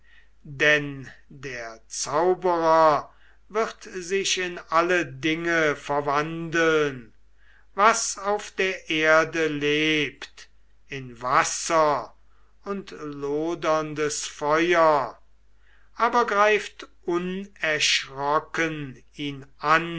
denn der zauberer wird sich in alle dinge verwandeln was auf der erde lebt in wasser und loderndes feuer aber greift unerschrocken ihn an